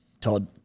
Todd